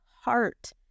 heart